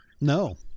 No